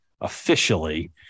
officially